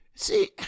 See